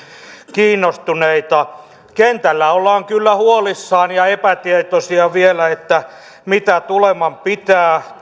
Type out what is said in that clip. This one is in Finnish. kiinnostuneita kentällä ollaan kyllä huolissaan ja epätietoisia vielä mitä tuleman pitää